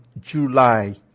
July